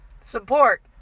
support